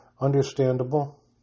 understandable